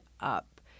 up